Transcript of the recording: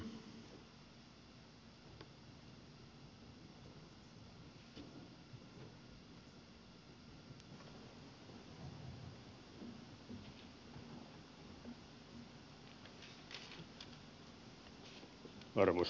arvoisa puhemies